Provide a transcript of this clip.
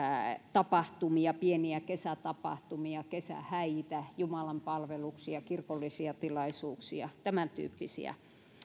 tapahtumia pieniä kesätapahtumia kesähäitä jumalanpalveluksia kirkollisia tilaisuuksia tämän tyyppisiä